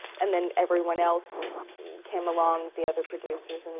and then everyone else came along, the other producers, and